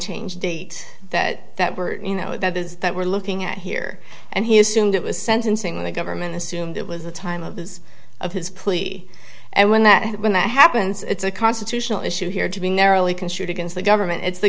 change date that that were you know that is that we're looking at here and he assumed it was sentencing the government assumed it was the time of his of his plea and when that when that happens it's a constitutional issue here to be narrowly construed against the government it's the